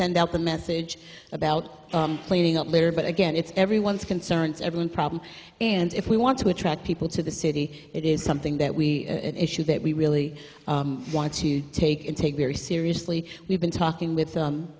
send out the message about cleaning up litter but again it's everyone's concerns everyone's problem and if we want to attract people to the city it is something that we issue that we really want to take in take very seriously we've been talking with